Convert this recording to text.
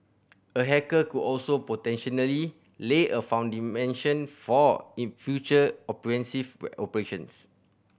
a hacker could also potentially lay a for in future offensive operations